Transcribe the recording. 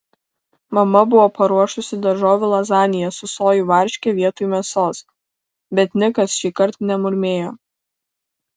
mama buvo paruošusi daržovių lazaniją su sojų varške vietoj mėsos bet nikas šįkart nemurmėjo